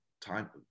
time